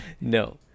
No